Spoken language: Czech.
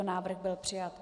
Návrh byl přijat.